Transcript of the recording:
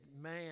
man